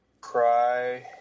Cry